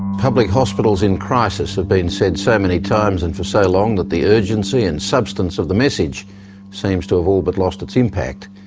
public hospitals in crisis has been said so many times and for so long that the urgency and substance of the message seems to have all but lost its impact.